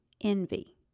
envy